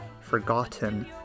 forgotten